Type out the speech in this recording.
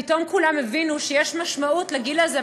פתאום כולם הבינו שיש משמעות לגיל הזה,